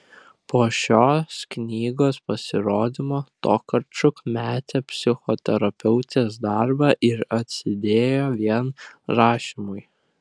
po šios knygos pasirodymo tokarčuk metė psichoterapeutės darbą ir atsidėjo vien rašymui